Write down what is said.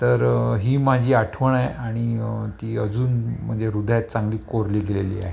तर ही माझी आठवण आहे आणि ती अजून म्हणजे हृदयात चांगली कोरली गेलेली आहे